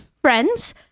friends